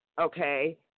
okay